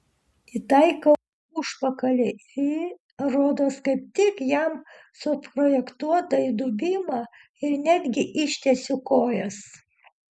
įtaikau užpakalį į rodos kaip tik jam suprojektuotą įdubimą ir netgi ištiesiu kojas